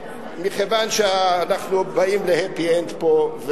מכיוון שאנחנו באים ל-happy end פה,